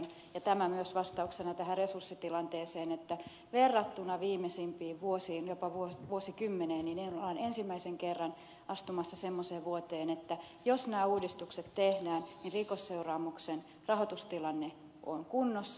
ja tämä myös vastauksena tähän resurssitilanteeseen että verrattuna viimeisimpiin vuosiin jopa vuosikymmeneen ollaan ensimmäisen kerran astumassa semmoiseen vuoteen että jos nämä uudistukset tehdään niin rikosseuraamuksen rahoitustilanne on kunnossa